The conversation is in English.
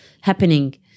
happening